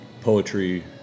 poetry